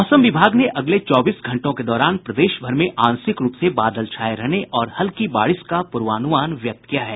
मौसम विभाग ने अगले चौबीस घंटों के दौरान प्रदेश भर में आंशिक रूप से बादल छाये रहने और हल्की बारिश का पूर्वानूमान व्यक्त किया है